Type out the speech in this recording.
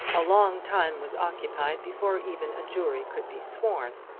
a long time was occupied before even a jury could be sworn,